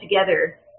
together